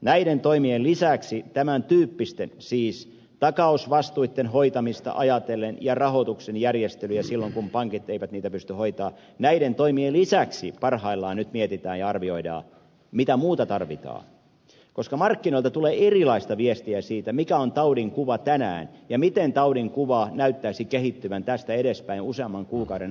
näiden toimien lisäksi ajatellen tämän tyyppisten takausvastuitten hoitamista ja rahoituksen järjestelyä silloin kun pankit eivät niitä pysty hoitamaan parhaillaan nyt mietitään ja arvioidaan mitä muuta tarvitaan koska markkinoilta tulee erilaista viestiä siitä mikä on taudin kuva tänään ja miten taudin kuva näyttäisi kehittyvän tästä edespäin useamman kuukauden aikaan